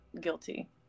guilty